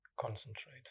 Concentrate